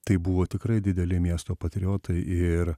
tai buvo tikrai dideli miesto patriotai ir